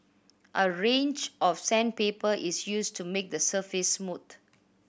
a range of sandpaper is used to make the surface smooth